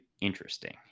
interesting